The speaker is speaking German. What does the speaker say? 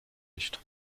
nicht